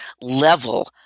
level